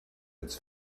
its